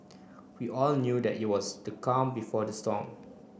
we all knew that it was the calm before the storm